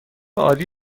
عالی